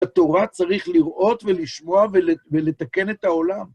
התורה צריך לראות ולשמוע ולתקן את העולם.